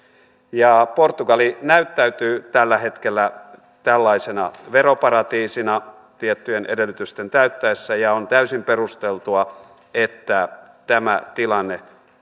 portugali näyttäytyy tällä hetkellä tällaisena veroparatiisina tiettyjen edellytysten täyttyessä ja on täysin perusteltua että tämä tilanne